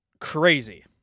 crazy